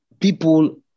people